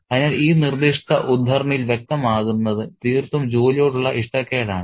അതിനാൽ ഈ നിർദ്ദിഷ്ട ഉദ്ധരണിയിൽ വ്യക്തമാകുന്നത് തീർത്തും ജോലിയോടുള്ള ഇഷ്ടക്കേടാണ്